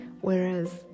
whereas